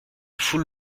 foule